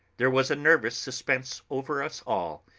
there was a nervous suspense over us all,